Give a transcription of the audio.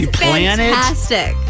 fantastic